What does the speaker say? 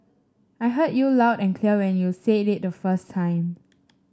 I heard you loud and clear when you said it the first time